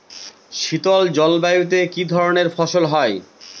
শীতল জলবায়ুতে কি ধরনের ফসল হয়?